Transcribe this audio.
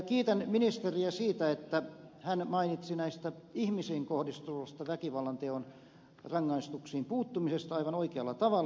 kiitän ministeriä siitä että hän mainitsi näistä ihmisiin kohdistuvista väkivallanteon rangaistuksiin puuttumisesta aivan oikealla tavalla